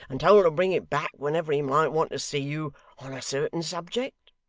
and told to bring it back whenever he might want to see you on a certain subject